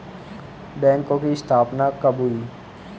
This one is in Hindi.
बैंकों की स्थापना कब हुई?